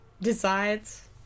decides